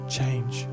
Change